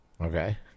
Okay